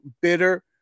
bitter